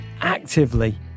actively